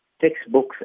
textbooks